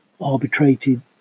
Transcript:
arbitrated